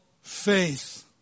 faith